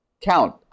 count